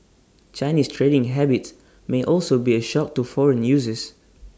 Chinese trading habits may also be A shock to foreign users